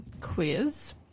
quiz